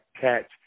catch